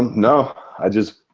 no i just.